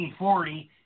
1940